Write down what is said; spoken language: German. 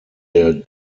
der